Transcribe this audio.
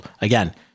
Again